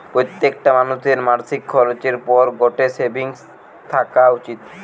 প্রত্যেকটা মানুষের মাসিক খরচের পর গটে সেভিংস থাকা উচিত